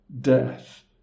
death